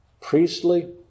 priestly